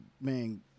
man